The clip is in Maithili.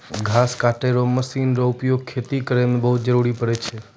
घास कटै रो मशीन रो उपयोग खेती करै मे बहुत जरुरी पड़ै छै